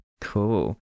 Cool